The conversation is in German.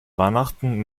weihnachten